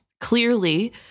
clearly